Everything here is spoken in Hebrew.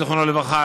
זיכרונו לברכה,